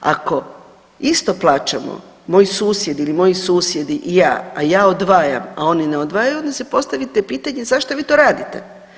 Ako isto plaćamo moj susjed ili moji susjedi i ja, a ja odvajam, a oni ne odvajaju, onda se postavite pitanje zašto vi to radite.